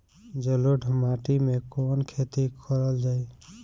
जलोढ़ माटी में कवन खेती करल जाई?